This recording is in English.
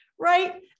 right